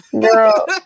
Girl